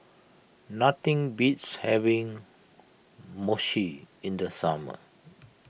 nothing beats having Mochi in the summer